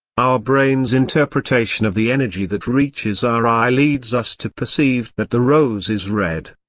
our brain's interpretation of the energy that reaches our eye leads us to perceive that the rose is red.